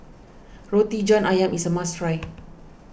Roti John Ayam is a must try